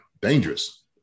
dangerous